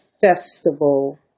festival